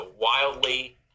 wildly